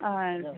ആ